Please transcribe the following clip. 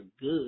good